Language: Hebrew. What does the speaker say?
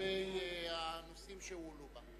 ולגבי הנושאים שהועלו בה.